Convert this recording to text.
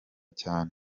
cyane